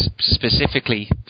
specifically